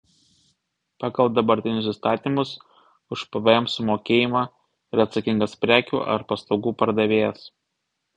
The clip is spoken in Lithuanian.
pagal dabartinius įstatymus už pvm sumokėjimą yra atsakingas prekių ar paslaugų pardavėjas